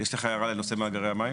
יש לך הערה בנושא מאגרי מים?